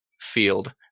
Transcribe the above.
field